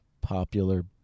popular